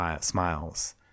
smiles